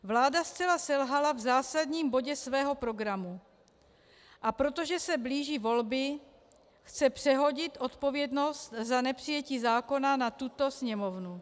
Vláda zcela selhala v zásadním bodě svého programu, a protože se blíží volby, chce přehodit odpovědnost za nepřijetí zákona na tuto Sněmovnu.